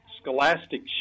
scholastic